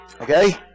Okay